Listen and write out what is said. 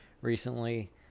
recently